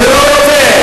אני לא רוצה.